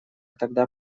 тогда